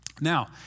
Now